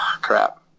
crap